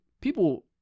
people